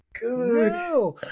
Good